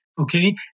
okay